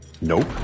Nope